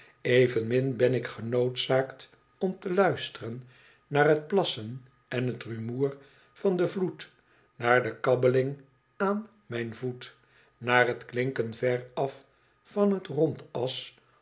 evenmin ben ik genoodzaakt om te luisteren naar t plassen en t rumoer van den vloed naar de kabbeling aan mijn voet naar t klinken veraf van t rondas